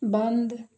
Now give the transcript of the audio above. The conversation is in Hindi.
बंद